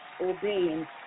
obeying